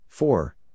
four